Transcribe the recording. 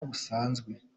busanzwe